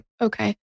Okay